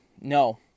No